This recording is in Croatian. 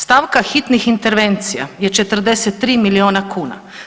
Stavka hitnih intervencija je 43 milijuna kuna.